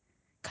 讲